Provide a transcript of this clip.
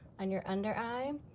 and your under eye,